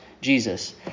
Jesus